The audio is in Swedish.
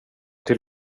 till